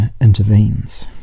intervenes